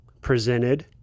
presented